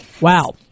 Wow